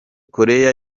koreya